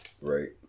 Right